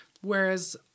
Whereas